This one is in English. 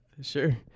Sure